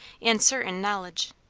and certain knowledge.